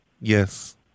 Yes